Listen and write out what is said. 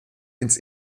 ins